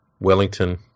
wellington